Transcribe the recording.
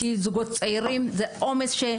כי זוגות צעירים זה עומס.